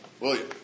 William